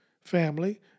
family